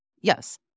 Yes